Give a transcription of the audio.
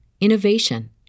innovation